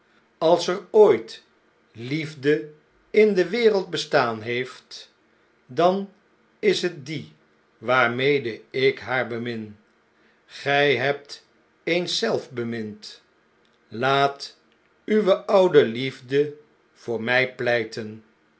als er ooit liefde in de wereld bestaan heeft dan is het die waarmede ik haar bemin gt hebt eens zelf bemind laat uwe oude liefde voor mjj pleiten